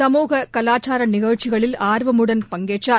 சமூக சலாச்சார நிகழ்ச்சிகளில் ஆர்வமுடன் பங்கேற்றர்